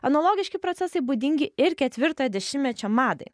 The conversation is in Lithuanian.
analogiški procesai būdingi ir ketvirtojo dešimtmečio madai